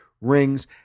rings